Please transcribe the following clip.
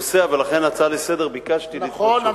ולכן, ההצעה לסדר-היום, ביקשתי, נכון.